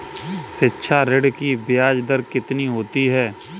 शिक्षा ऋण की ब्याज दर कितनी होती है?